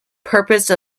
purpose